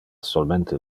solmente